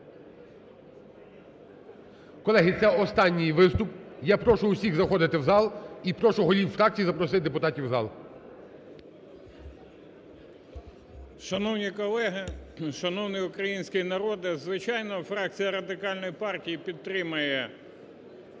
Колеги, це останні виступ. Я прошу усіх заходити в зал і прошу голів фракцій запросити депутатів в зал. 10:50:26 МОСІЙЧУК І.В. Шановні колеги! Шановний український народе! Звичайно, фракція Радикальної партії підтримає